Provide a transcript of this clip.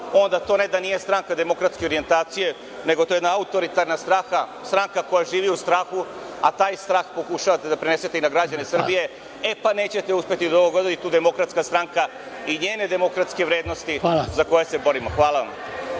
onda to ne da nije stranka demokratske orijentacije, nego je to jedna autoritarna stranka, stranka koja živi u strahu, a taj strah pokušavate da prenesete i na građane Srbije. Nećete uspeti. To je Demokratska stranka i njene demokratske vrednosti za koje se borimo. **Dragoljub